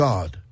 God